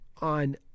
on